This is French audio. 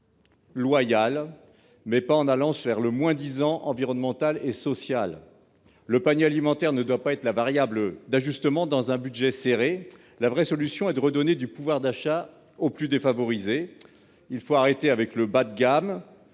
loyales, sans opter pour le moins-disant environnemental et social. Le panier alimentaire ne doit pas être la variable d'ajustement dans un budget serré. La solution est de redonner du pouvoir d'achat aux plus défavorisés. Il faut arrêter avec le bas de gamme